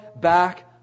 back